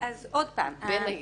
בין היתר.